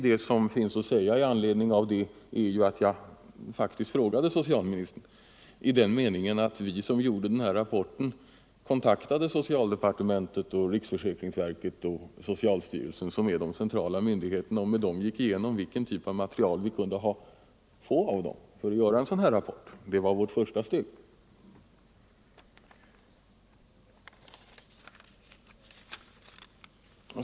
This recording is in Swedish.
Det som finns att säga i anledning av den är att vi faktiskt frågade socialministern i den meningen att vi som gjorde rapporten kontaktade socialdepartementet, riksförsäkringsverket och socialstyrelsen — som är de centrala myndigheterna — och med dem gick igenom vilken typ av material vi kunde få av dem för att göra en rapport. Det var vårt första steg.